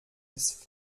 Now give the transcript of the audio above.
ist